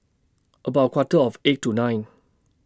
about A Quarter of eight tonight